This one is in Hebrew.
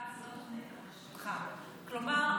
כלומר,